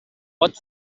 pot